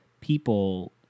people